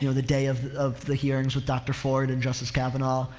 you know the day of, of the hearings with dr. ford and justice kavanaugh,